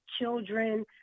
children